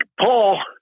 Paul